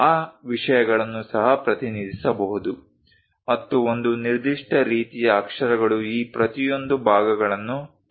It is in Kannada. ಆ ವಿಷಯಗಳನ್ನು ಸಹ ಪ್ರತಿನಿಧಿಸಬಹುದು ಮತ್ತು ಒಂದು ನಿರ್ದಿಷ್ಟ ರೀತಿಯ ಅಕ್ಷರಗಳು ಈ ಪ್ರತಿಯೊಂದು ಭಾಗಗಳನ್ನು ಪ್ರತಿನಿಧಿಸುತ್ತವೆ